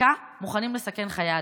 השתקה מוכנים לסכן חיי אדם.